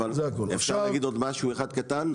אפשר להגיד עוד משהו אחד קטן?